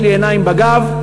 יש לי עיניים בגב,